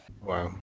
Wow